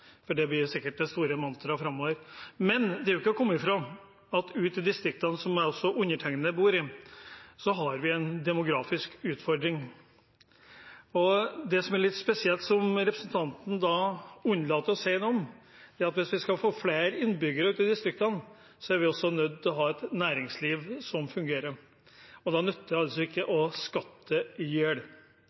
det blir sikkert det store mantraet framover. Men det er ikke til å komme fra at ute i distriktene, der også undertegnede bor, har vi en demografisk utfordring. Det som er litt spesielt, og som representanten unnlater å si noe om, er at hvis vi skal få flere innbyggere i distriktene, er vi også nødt til å ha et næringsliv som fungerer. Da nytter det altså ikke å